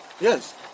Yes